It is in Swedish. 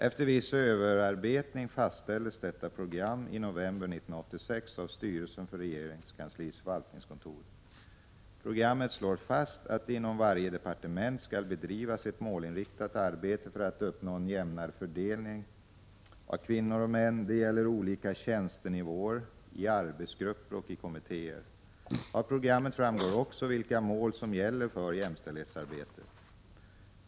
Efter viss överarbetning fastställdes detta program i november 1986 av styrelsen för regeringskansliets förvaltningskontor. Programmet slår fast att det inom varje departement skall bedrivas ett målinriktat arbete för att uppnå en jämnare fördelning av kvinnor och män. Det gäller olika tjänstenivåer, i arbetsgrupper och i kommittéer. Av programmet framgår också vilka mål som gäller för jämställdhetsarbetet.